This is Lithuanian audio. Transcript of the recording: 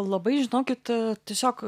labai žinokit tiesiog